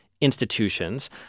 institutions